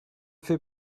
fait